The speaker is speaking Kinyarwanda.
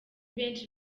benshi